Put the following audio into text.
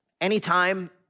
anytime